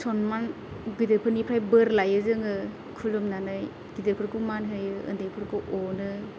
सनमान गिदिरफोरनिफ्राय बोर लायो जोङो खुलुमनानै गिदिरफोरखौ मान होयो उनदैफोरखौ अनो